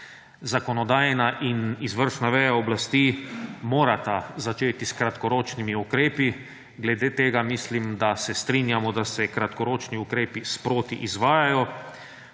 Zakonodajna in izvršna veja oblasti morata začeti s kratkoročnimi ukrepi. Glede tega mislim, da se strinjamo, da se kratkoročni ukrepi sproti izvajajo,